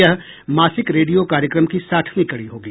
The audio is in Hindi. यह मासिक रेडियो कार्यक्रम की साठवीं कड़ी होगी